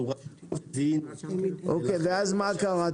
אוקי, ואז מה קרה?